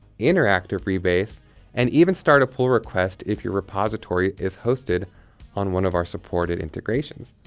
interactive-rebase and even start a pull request if your repository is hosted on one of our supported integrations.